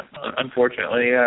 Unfortunately